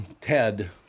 Ted